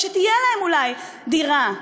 ושתהיה להם אולי דירה.